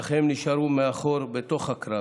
אך הם נשארו מאחור בתוך הקרב.